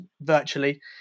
virtually